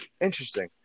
interesting